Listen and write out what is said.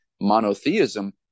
monotheism